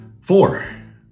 Four